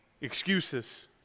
excuses